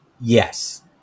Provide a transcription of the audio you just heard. Yes